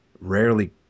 rarely